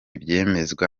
byemezwa